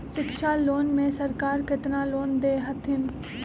शिक्षा लोन में सरकार केतना लोन दे हथिन?